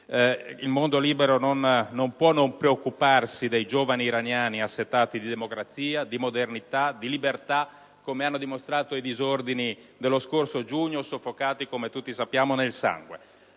Il mondo libero non può non preoccuparsi dei giovani iraniani assetati di democrazia, di modernità, di libertà, come hanno dimostrato i disordini dello scorso giugno, soffocati, come tutti sappiamo, nel sangue.